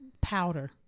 powder